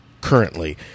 currently